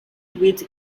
with